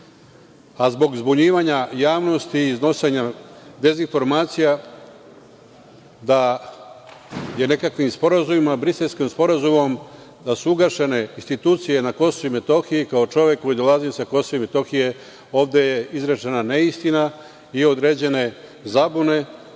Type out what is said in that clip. reda. Zbog zbunjivanja javnosti i iznošenja dezinformacija da je nekakvim sporazumima, Briselskim sporazumom, da su ugašene institucije na KiM, kao čovek koji dolazi sa KiM, ovde je izrečena neistina i određene zabune